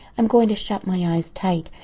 i'm going to shut my eyes tight.